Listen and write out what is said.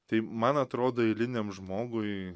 tai man atrodo eiliniam žmogui